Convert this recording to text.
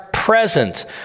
Present